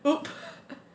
!oop!